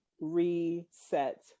reset